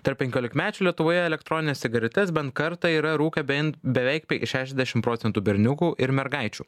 tarp penkiolikmečių lietuvoje elektronines cigaretes bent kartą yra rūkę bent beveik šešdešim procentų berniukų ir mergaičių